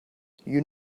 you